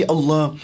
Allah